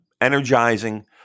energizing